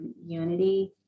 unity